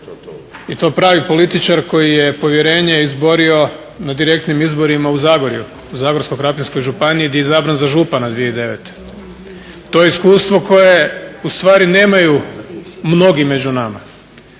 i to pravi političar koji je povjerenje izborio na direktnim izborima u Zagoru u Zagorsko-krapinskoj županiji gdje je izabran za župana 2009. To iskustvo koje nemaju ustvari mnogi među nama.